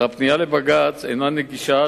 הפנייה לבג"ץ אינה נגישה,